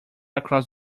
across